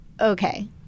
Okay